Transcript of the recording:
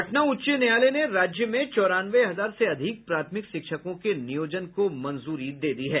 पटना उच्च न्यायालय ने राज्य में चौरानवे हजार से अधिक प्राथमिक शिक्षकों के नियोजन को मंजूरी दे दी है